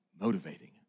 motivating